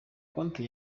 konti